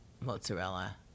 mozzarella